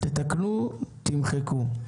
תתקנו, תמחקו.